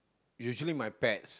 usually my pets